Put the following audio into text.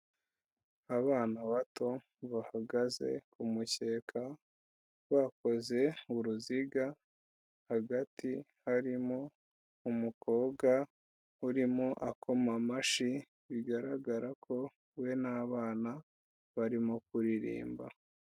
Abana bato bahagaze kumukeka bakoze uruziga, hagati harimo umukobwa urimo ako amashyi bigaragara ko we n'abana barimo kuririmba.